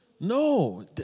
No